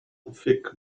thick